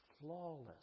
flawless